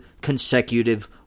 consecutive